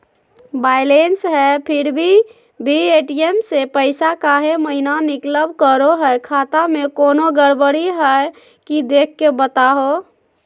Balance है फिर भी भी ए.टी.एम से पैसा काहे महिना निकलब करो है, खाता में कोनो गड़बड़ी है की देख के बताहों?